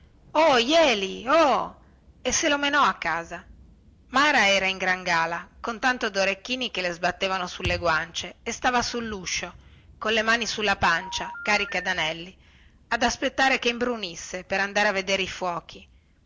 oh jeli oh e se lo menò a casa mara era in gran gala con tanto dorecchini che le sbattevano sulle guancie e stava sulluscio colle mani sulla pancia cariche danelli ad aspettare che imbrunisse per andare a vedere i fuochi